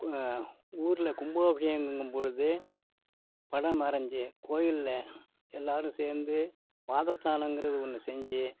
ஊரில் கும்பாபிஷேகங்கும் பொழுது படம் வரைஞ்சி கோவில்ல எல்லோரும் சேர்ந்து வாதஸ்த்தானங்கிறது ஒன்று செஞ்சு